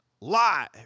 live